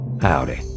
Howdy